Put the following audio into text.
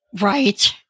Right